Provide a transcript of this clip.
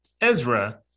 Ezra